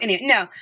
no